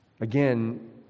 Again